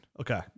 Okay